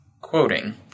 Quoting